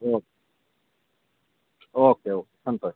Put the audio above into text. okay okay okay Santhosh